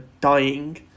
dying